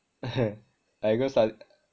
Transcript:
I go stud~